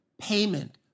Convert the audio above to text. payment